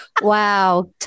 Wow